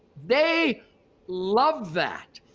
they love that.